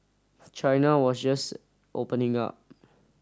China was just opening up